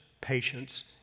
patience